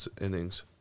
Innings